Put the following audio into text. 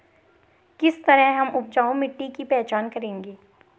किस तरह हम उपजाऊ मिट्टी की पहचान करेंगे?